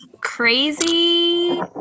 crazy